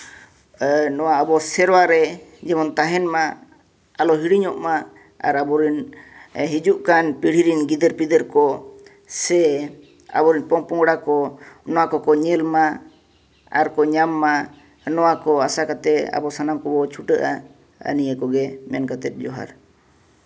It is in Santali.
ᱱᱚᱣᱟ ᱟᱵᱚ ᱥᱮᱨᱣᱟ ᱨᱮ ᱡᱮᱢᱚᱱ ᱛᱟᱦᱮᱱ ᱢᱟ ᱟᱞᱚ ᱦᱤᱲᱤᱧᱚᱜ ᱢᱟ ᱟᱨ ᱟᱵᱚ ᱨᱮᱱ ᱦᱤᱡᱩᱜ ᱠᱟᱱ ᱯᱤᱲᱦᱤ ᱨᱮᱱ ᱜᱤᱫᱽᱨᱟᱹ ᱯᱤᱫᱽᱨᱟᱹ ᱠᱚ ᱥᱮ ᱟᱵᱚᱨᱮᱱ ᱯᱚ ᱯᱚᱝᱲᱟ ᱠᱚ ᱚᱱᱟ ᱠᱚᱠᱚ ᱧᱮᱞ ᱢᱟ ᱟᱨ ᱠᱚ ᱧᱟᱢ ᱢᱟ ᱱᱚᱣᱟ ᱠᱚ ᱟᱥᱟ ᱠᱟᱛᱮᱫ ᱟᱵᱚ ᱥᱟᱱᱟᱢ ᱠᱚᱵᱚᱱ ᱪᱷᱩᱴᱟᱹᱜᱼᱟ ᱟᱨ ᱱᱤᱭᱟᱹ ᱠᱚᱜᱮ ᱢᱮᱱ ᱠᱟᱛᱮᱫ ᱡᱚᱦᱟᱨ